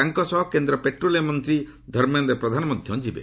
ତାଙ୍କ ସହ କେନ୍ଦ୍ର ପେଟ୍ରୋଲିୟମ୍ ମନ୍ତ୍ରୀ ଧର୍ମେନ୍ଦ୍ର ପ୍ରଧାନ ମଧ୍ୟ ଯିବେ